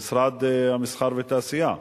במשרד המסחר והתעשייה,